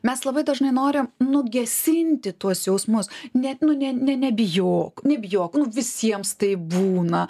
mes labai dažnai nori nugesinti tuos jausmus ne nu ne ne nebijok nebijok nu visiems taip būna